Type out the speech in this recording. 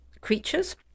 creatures